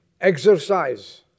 exercise